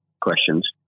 questions